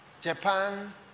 Japan